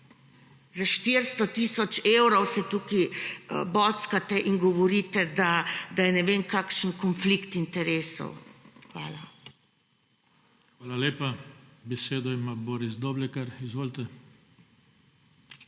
Za 400 tisoč evrov se tukaj bockate in govorite, da je ne vem kakšen konflikt interesov. Hvala. PODPREDSEDNIK JOŽE TANKO: Hvala lepa. Besedo ima Boris Doblekar. Izvolite.